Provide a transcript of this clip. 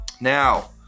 Now